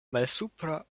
malsupra